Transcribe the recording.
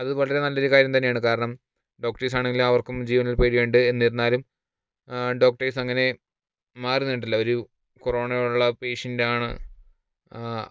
അത് വളരെ നല്ല ഒരു കാര്യം തന്നെയാണ് കാരണം ഡോക്ടേർസ് ആണെങ്കിലും അവർക്കും ജീവനില് പേടി ഉണ്ട് എന്നിരുന്നാലും ഡോക്ടേഴ്സ് അങ്ങനെ മാറി നിന്നിട്ടില്ല ഒരു കൊറോണയുള്ള പേഷ്യൻ്റ് ആണ്